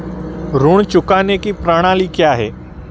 ऋण चुकाने की प्रणाली क्या है?